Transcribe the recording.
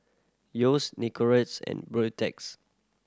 Yeo's Nicorette and Beautex